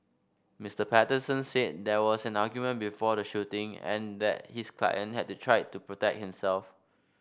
Mister Patterson said there was an argument before the shooting and that his client had tried to protect himself